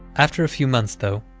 after a few months, though,